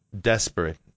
desperate